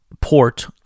port